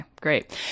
great